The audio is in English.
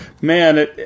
Man